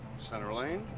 center lane.